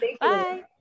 Bye